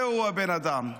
זהו הבן אדם.